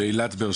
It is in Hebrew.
ואילת באר